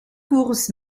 courses